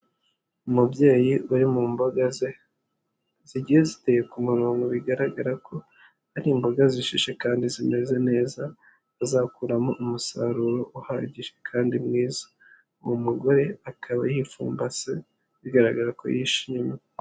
Umubyeyi uri mu mboga ze zigiye ziteye ku murongo bigaragara ko ari imboga zishishe kandi zimeze neza, azakuramo umusaruro uhagije kandi mwiza, uwo mugore akaba yipfumbase bigaragara ko yishimye.